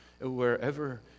wherever